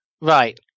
Right